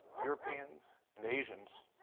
europeans, and asians